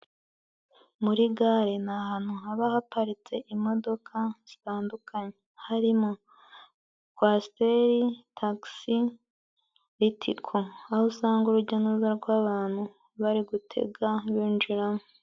Muri gare ni ahantu haba haparitse imodoka zitandukanye : harimo kwasiteri, tagisi, ritiko; aho usanga urujya n'uruza rw'abantu, bari gutega binjiramo.